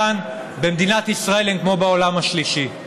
שבמדינת ישראל חלקן כמו בעולם השלישי.